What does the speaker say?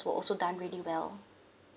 were also done really well